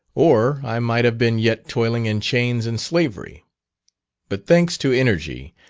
or i might have been yet toiling in chains and slavery but thanks to energy,